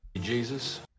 Jesus